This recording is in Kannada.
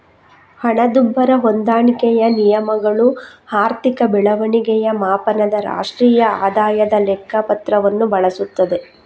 ಹಣದುಬ್ಬರ ಹೊಂದಾಣಿಕೆಯ ನಿಯಮಗಳು ಆರ್ಥಿಕ ಬೆಳವಣಿಗೆಯ ಮಾಪನದ ರಾಷ್ಟ್ರೀಯ ಆದಾಯದ ಲೆಕ್ಕ ಪತ್ರವನ್ನು ಬಳಸುತ್ತದೆ